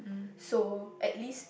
so at least